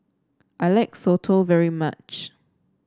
I like Soto very much